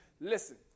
Listen